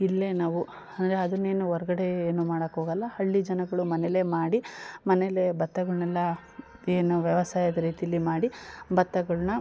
ಇಲ್ಲೇ ನಾವು ಅಂದರೆ ಅದನೇನು ಹೊರ್ಗಡೆ ಏನು ಮಾಡೋಕ್ಕೋಗಲ್ಲ ಹಳ್ಳಿ ಜನಗಳು ಮನೇಲ್ಲೆ ಮಾಡಿ ಮನೇಲ್ಲೆ ಭತ್ತಗಳೆಲ್ಲ ಏನು ವ್ಯವಸಾಯದ ರೀತಿಲಿ ಮಾಡಿ ಭತ್ತಗಳನ್ನ